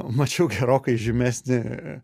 mačiau gerokai žemesnį